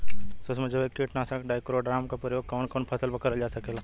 सुक्ष्म जैविक कीट नाशक ट्राइकोडर्मा क प्रयोग कवन कवन फसल पर करल जा सकेला?